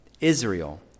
Israel